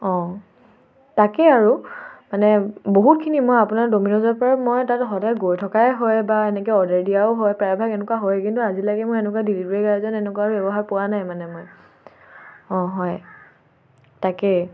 অঁ তাকেই আৰু মানে বহুতখিনি মই আপোনাৰ ড'মিনজৰ পৰা মই তাত সদায় গৈ থকাই হয় বা এনেকৈ অৰ্ডাৰ দিয়াও হয় প্ৰায়ভাগ এনেকুৱা হয় কিন্তু আজিলৈকে মই এনেকুৱা ডেলিভাৰী গায়জন এনেকুৱা ব্যৱহাৰ পোৱা নাই মানে মই অঁ হয় তাকেই